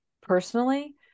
personally